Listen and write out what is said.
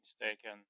mistaken